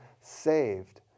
saved